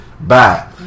bye